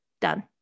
done